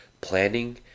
planning